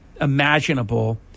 imaginable